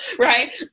right